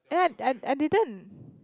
eh I I I didn't